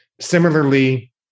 Similarly